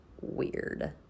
weird